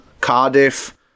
Cardiff